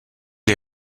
les